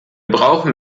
brauchen